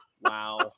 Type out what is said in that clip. Wow